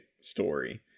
story